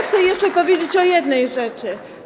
Chcę jeszcze powiedzieć o jednej rzeczy.